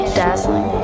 dazzling